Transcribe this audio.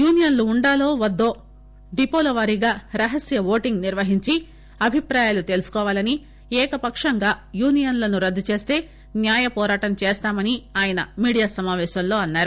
యూనియన్లు ఉండాలో వద్దో డిపోల వారీగా రహస్య ఓటింగ్ నిర్వహించి అభిప్రాయాలు తెలుసుకోవాలని ఏకపక్షంగా యూనియన్లను రద్దుచేస్తే న్యాయపోరాటం చేస్తామని ఆయన మీడియా సమాపేశంలో అన్నారు